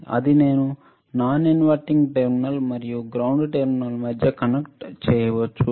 ఇది నేను విలోమం కాని టెర్మినల్ మరియు గ్రౌండ్ టెర్మినల్ మధ్య కనెక్ట్ చేయవచ్చు